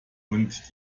und